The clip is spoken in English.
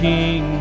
King